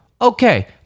okay